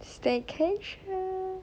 staycation